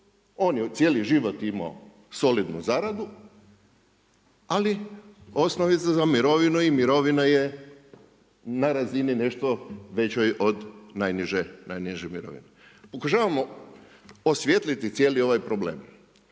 cijeli život imao solidnu zaradu, ali osnove za mirovinu i mirovina je na razini nešto većoj od najniže mirovine. Pokušavamo osvijetliti cijeli ovaj problem.